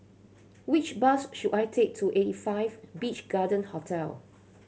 which bus should I take to Eighty Five Beach Garden Hotel